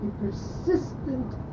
persistent